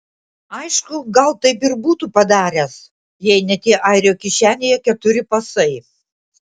aišku gal taip ir būtų padaręs jei ne tie airio kišenėje keturi pasai